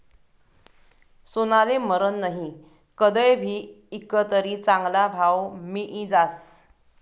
सोनाले मरन नही, कदय भी ईकं तरी चांगला भाव मियी जास